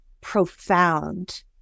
profound